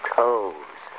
toes